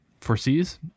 foresees